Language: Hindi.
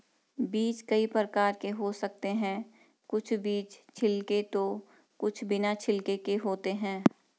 बीज कई प्रकार के हो सकते हैं कुछ बीज छिलके तो कुछ बिना छिलके के होते हैं